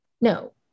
No